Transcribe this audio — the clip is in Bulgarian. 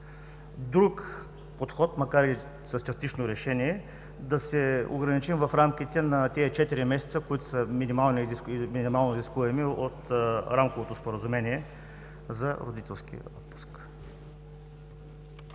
Друг подход, макар и с частично решение, е да се ограничим в рамките на тези четири месеца, които са минимално изискуеми от Рамковото споразумение за родителския отпуск.